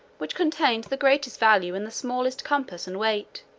which contain the greatest value in the smallest compass and weight